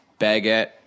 baguette